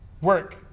work